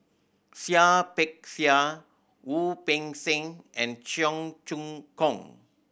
Seah Peck Seah Wu Peng Seng and Cheong Choong Kong